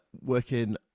working